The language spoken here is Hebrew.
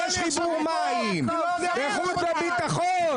חיבור מים --- חוץ וביטחון